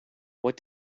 what